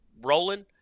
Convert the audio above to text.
rolling –